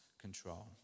control